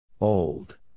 Old